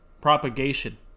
propagation